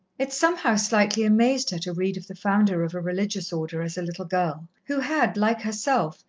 it somehow slightly amazed her to read of the founder of a religious order as a little girl who had, like herself,